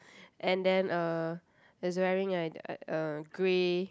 and then uh he's wearing a a a grey